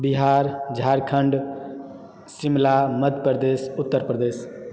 Bihar Jharkhand Shimla Madhya Pradesh Uttar Pradesh